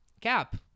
Cap